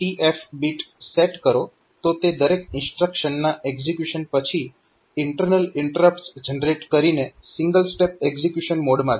તેથી જો તમે આ TF બિટ સેટ કરો તો તે દરેક ઇન્સ્ટ્રક્શનના એકઝીક્યુશન પછી ઇન્ટરનલ ઇન્ટરપ્ટસ જનરેટ કરીને સિંગલ સ્ટેપ એક્ઝીક્યુશન મોડમાં જશે